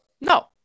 No